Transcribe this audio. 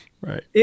Right